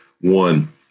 one